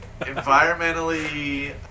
environmentally